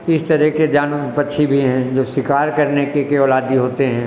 इस तरह के जान पक्षी भी है जो शिकार करने के केवल आदी होते हैं